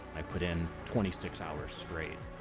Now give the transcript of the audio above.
i put in twenty six hours straight.